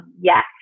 yes